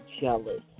jealous